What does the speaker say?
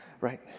right